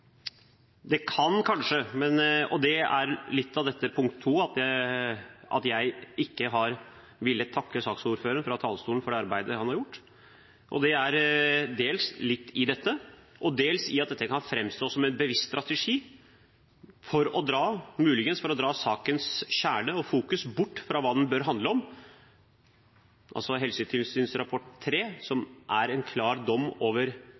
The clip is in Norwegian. jeg ikke har villet takke saksordføreren fra talerstolen for det arbeidet han har gjort, ligger dels i dette, og dels i at dette muligens kan framstå som en bevisst strategi for å dra sakens kjerne og oppmerksomhet bort fra hva den bør handle om, altså helsetilsynsrapport nr. 3, som er en klar dom over